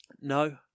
No